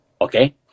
okay